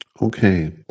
Okay